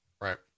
right